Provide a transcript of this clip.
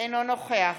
אינו נוכח